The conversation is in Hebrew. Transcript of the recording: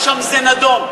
ששם זה נדון.